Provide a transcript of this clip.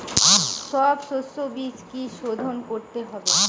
সব শষ্যবীজ কি সোধন করতে হবে?